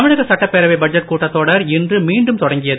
தமிழக சட்டப்பேரவை பட்ஜெட் கூட்டத் தொடர் இன்று மீண்டும் தொடங்கியது